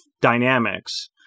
dynamics